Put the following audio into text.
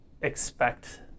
Expect